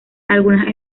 algunas